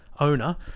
owner